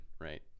right